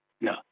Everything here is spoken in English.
No